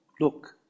Look